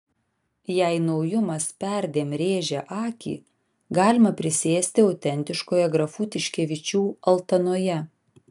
jei naujumas perdėm rėžia akį galima prisėsti autentiškoje grafų tiškevičių altanoje